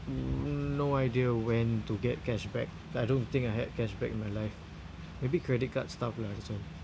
um no idea when to get cashback I don't think I had cashback in my life maybe credit card stuff lah this one